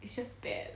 it's just that